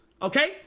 Okay